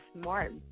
Smart